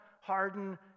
harden